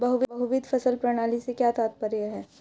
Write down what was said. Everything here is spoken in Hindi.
बहुविध फसल प्रणाली से क्या तात्पर्य है?